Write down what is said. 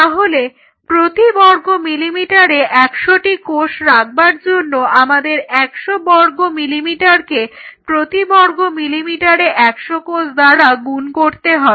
তাহলে প্রতি বর্গ মিলিমিটারে 100 টি কোষ রাখবার জন্য আমাদের 100 বর্গ মিলিমিটারকে প্রতি বর্গ মিলিমিটারে 100 কোষ দ্বারা গুণ করতে হবে